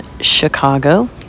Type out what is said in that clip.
Chicago